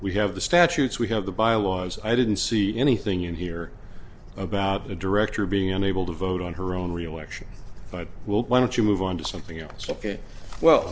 we have the statutes we have the byelaws i didn't see anything in here about the director being unable to vote on her own reelection but why don't you move on to something else ok well